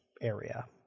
area